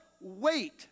Wait